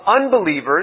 unbelievers